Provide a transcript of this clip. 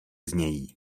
znějí